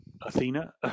Athena